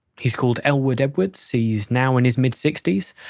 he's called elwood edwards, he's now in his mid-sixties,